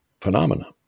phenomena